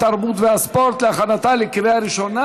התרבות והספורט להכנתה לקריאה ראשונה.